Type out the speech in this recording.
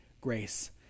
grace